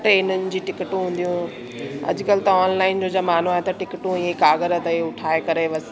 ट्रेननि जी टिकटूं हूंदी हुयूं अॼुकल्ह त ऑनलाइन जो ज़मानो आए त टिकटूं हीअं कागर ते उहे ठाहे करे बसि